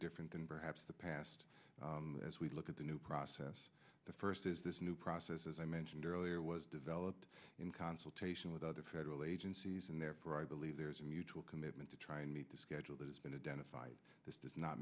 different than perhaps the past as we look at the new process the first is this new process as i mentioned earlier was developed in consultation with other federal agencies and therefore i believe there is a mutual commitment to try and meet the schedule that it's been today fight this does not